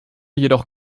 jedoch